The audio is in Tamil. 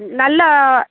நல்லா